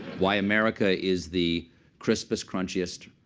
why america is the crispest, crunchiest,